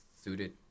suited